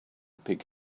pick